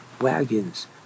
wagons